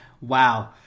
Wow